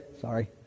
Sorry